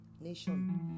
nation